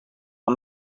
aan